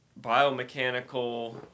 biomechanical